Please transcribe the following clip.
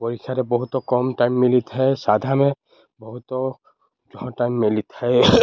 ପରୀକ୍ଷାରେ ବହୁତ କମ ଟାଇମ୍ ମିଲିଥାଏ ସାଧା ଆମେ ବହୁତ ଟାଇମ୍ ମିଳିିଥାଏ